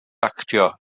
actio